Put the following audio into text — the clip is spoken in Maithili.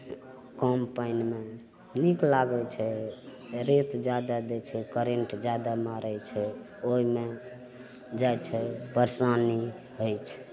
कम पानिमे नीक लागय छै रेत जादा दै छै करेन्ट जादा मारय छै तऽ ओइमे जाइ छै परेसानी होइ छै